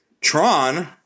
Tron